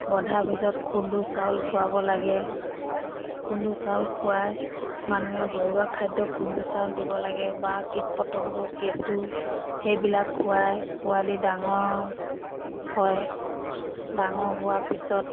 বন্ধাৰ পিছত খুন্দো চাউল খুৱাব লাগে খুন্দো চাউল খুৱাই মানুহে ঘৰুৱা খাদ্য খুন্দু চাউল দিব লাগে বা কীট পতংগ কেঁচু সেইবিলাক খুৱাই পোৱালি ডাঙৰ হয় ডাঙৰ হোৱাৰ পিছত